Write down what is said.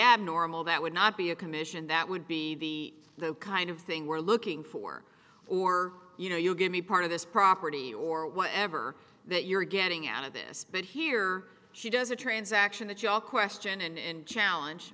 abnormal that would not be a commission that would be the kind of thing we're looking for or you know you give me part of this property or whatever that you're getting out of this but here she does a transaction that you all question and challenge